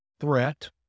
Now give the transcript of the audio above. threat